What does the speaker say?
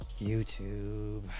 youtube